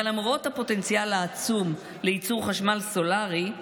אבל למרות הפוטנציאל העצום לייצור חשמל סולרי,